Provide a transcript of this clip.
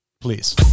Please